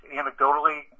anecdotally